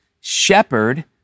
shepherd